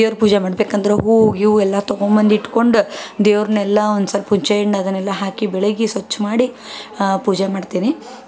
ದೇವ್ರ ಪೂಜೆ ಮಾಡ್ಬೇಕಂದ್ರೆ ಹೂವು ಗೀವು ಎಲ್ಲ ತೊಗೊಂಡ್ಬಂದು ಇಟ್ಕೊಂಡು ದೇವ್ರನ್ನೆಲ್ಲ ಒಂದು ಸ್ವಲ್ಪ ಪೂಜೆ ಎಣ್ಣೆ ಅದನ್ನೆಲ್ಲ ಹಾಕಿ ಬೆಳಗ್ಗೆ ಸ್ವಚ್ಛ ಮಾಡಿ ಆ ಪೂಜೆ ಮಾಡ್ತೀನಿ